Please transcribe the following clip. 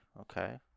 okay